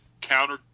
counter